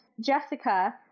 Jessica